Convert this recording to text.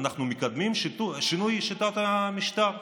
אנחנו מקדמים את שינוי שיטת המשטר,